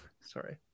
Sorry